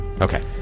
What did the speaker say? Okay